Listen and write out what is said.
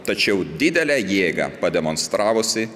tačiau didelę jėgą pademonstravusi